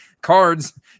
cards